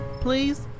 Please